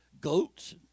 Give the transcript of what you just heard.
goats